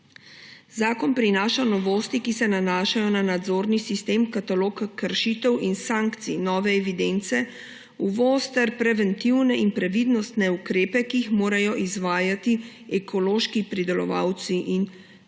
Zakon prinaša novosti, ki se nanašajo na nadzorni sistem, katalog kršitev in sankcij, nove evidence, uvoz ter preventivne in previdnostne ukrepe, ki jih morajo izvajati ekološki pridelovalci in predelovalci.